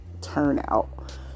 turnout